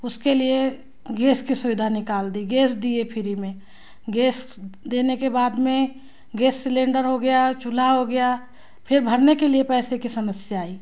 उसके लिए गेस की सुविधा निकाल दी गेस दिए फ़्री में गेस देने के बाद में गेस सेलेन्डर हो गया चूल्हा हो गया फिर भरने के लिए पैसे की समस्या आई